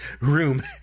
room